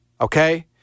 okay